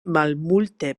malmulte